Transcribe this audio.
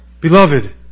Beloved